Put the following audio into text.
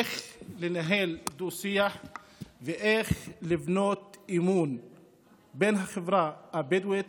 איך לנהל דו-שיח ואיך לבנות אמון בין החברה הבדואית